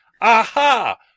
Aha